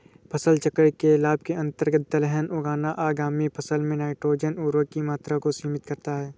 फसल चक्र के लाभ के अंतर्गत दलहन उगाना आगामी फसल में नाइट्रोजन उर्वरक की मात्रा को सीमित करता है